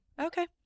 Okay